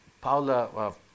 Paula